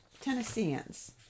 Tennesseans